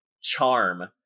charm